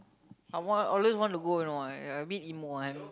I want always wanna go you know I I a bit emo I'm